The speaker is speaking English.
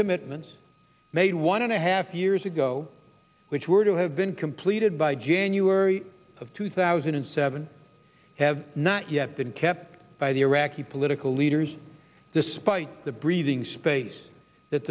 commitments made one of the half years ago which were to have been completed by january of two thousand and seven have not yet been kept by the iraqi political leaders despite the breathing space that